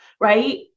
right